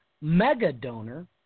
mega-donor